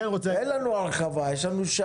אין לנו הרחבה, יש לנו שעה.